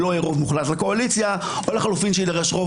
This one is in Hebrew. שלא יהיה רוב מוחלט לקואליציה או לחילופין שיידרש רוב